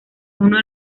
uno